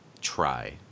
try